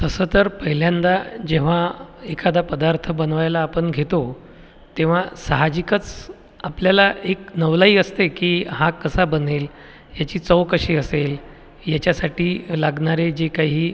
तसं तर पहिल्यांदा जेव्हा एखादा पदार्थ बनवायला आपण घेतो तेव्हा साहजिकच आपल्याला एक नवलाई असते की हा कसा बनेल ह्याची चव कशी असेल याच्यासाठी लागणारे जे काही